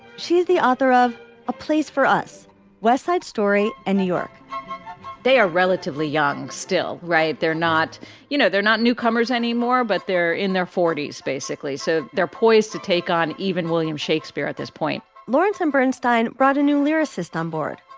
she's the author of a place for us west side story in new york they are relatively young still, right? they're not you know, they're not newcomers anymore, but they're in their forty s, basically. so they're poised to take on even william shakespeare at this point lawrence m. bernstine brought a new lyricist onboard,